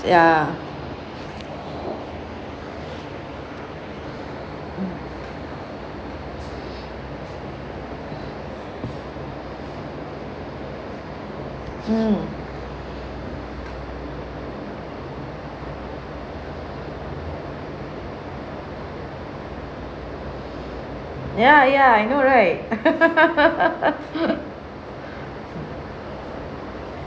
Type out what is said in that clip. ya mm ya ya I know right